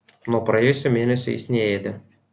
nuo praėjusio mėnesio jis neėdė